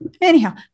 anyhow